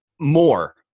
more